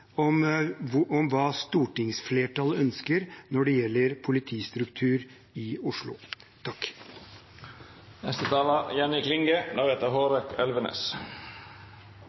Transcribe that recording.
om hva stortingsflertallet ønsker når det gjelder politistruktur i Oslo.